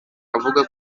avuga